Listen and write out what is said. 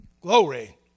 Glory